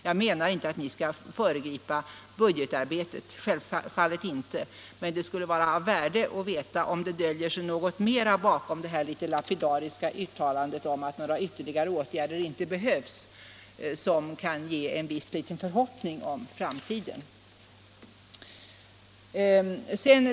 Jag menar självfallet inte att ni skall föregripa budgetarbetet, men det skulle vara av värde att veta om det döljer sig något mera bakom det litet lapidariska uttalandet om att några ytterligare åtgärder inte behövs — något som kan ge en liten förhoppning inför framtiden.